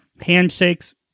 handshakes